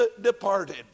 departed